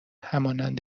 همانند